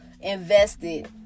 invested